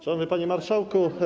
Szanowny Panie Marszałku!